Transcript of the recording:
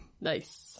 nice